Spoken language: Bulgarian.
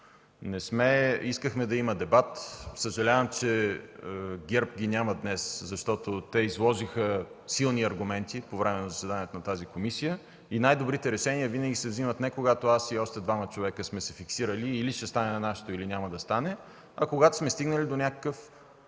нещо. Искахме да има дебат. Съжалявам, че ГЕРБ ги няма днес, защото те изложиха силни аргументи по време на заседанието на тази комисия. Най-добрите решения винаги се вземат не когато аз и още двама човека сме се фиксирали – или ще стане нашето, или няма да стане, а когато стигнем до взаимно